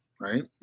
right